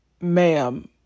ma'am